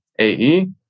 AE